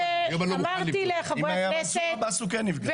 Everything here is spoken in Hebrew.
אמרתי לחברי הכנסת,